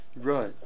Right